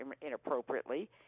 inappropriately